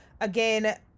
again